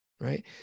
Right